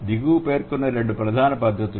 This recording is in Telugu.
దిగువ పేర్కొన్న రెండు ప్రధాన పద్ధతులు